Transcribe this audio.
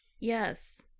Yes